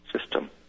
system